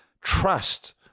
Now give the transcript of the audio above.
trust